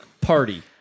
party